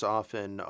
often